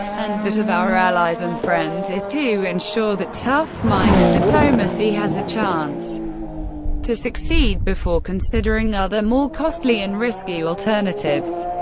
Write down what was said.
and that of our allies and friends is to ensure that tough-minded diplomacy has a chance to succeed before considering other more costly and risky alternatives.